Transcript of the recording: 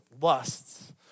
lusts